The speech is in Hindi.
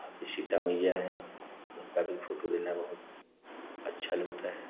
वहाँ पर सीता मैया हैं उनका भी फोटू लेना बहुत अच्छा लगता है